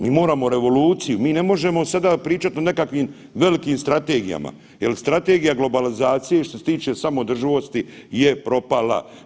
Mi moramo revoluciju, mi ne možemo sada pričati o nekakvim velikim strategijama jer strategija globalizacije, što se tiče samoodrživosti je propala.